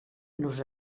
nos